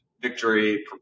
victory